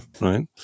right